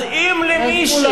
ואתה היית חבר בה.